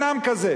אין עם כזה.